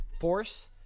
force